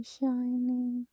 shining